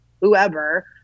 whoever